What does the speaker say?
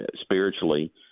spiritually